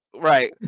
Right